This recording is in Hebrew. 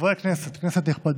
חברי כנסת, כנסת נכבדה,